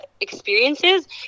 experiences